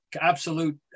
absolute